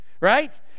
right